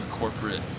Corporate